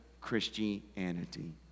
Christianity